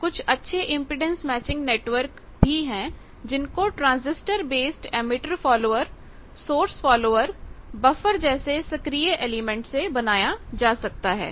अब कुछ अच्छे इंपेडेंस मैचिंग नेटवर्क भी हैं जिनको transistor based emitter follower source follower buffer जैसे सक्रियएलिमेंट से बनाया जा सकता है